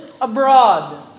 abroad